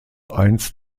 eins